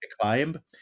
climb